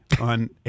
on